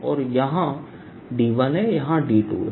और यहाँ D1 है यहाँ D2 है